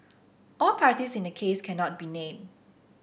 all parties in the case cannot be named